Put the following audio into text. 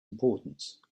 importance